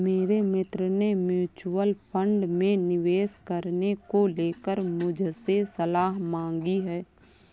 मेरे मित्र ने म्यूच्यूअल फंड में निवेश करने को लेकर मुझसे सलाह मांगी है